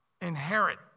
inherit